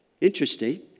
interesting